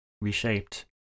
reshaped